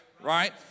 right